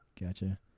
gotcha